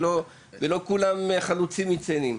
לא כולם רוצים להצטיין בזה.